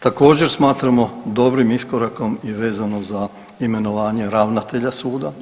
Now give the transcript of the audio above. Također smatramo dobrim iskorakom i vezano za imenovanje ravnatelja suda.